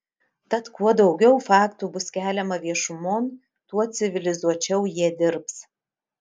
tad kuo daugiau faktų bus keliama viešumon tuo civilizuočiau jie dirbs